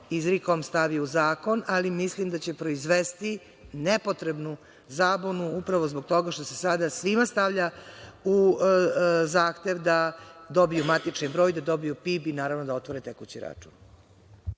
izrikom stavi u zakon, ali mislim da će proizvesti nepotrebnu zabunu, upravo zbog toga što se sada svima stavlja u zahtev da dobiju matični broj, da dobiju PIB i, naravno, da otvore tekući račun.